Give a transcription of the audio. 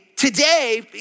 Today